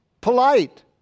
polite